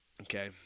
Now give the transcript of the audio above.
Okay